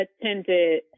attended